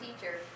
teacher